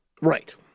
Right